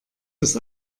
das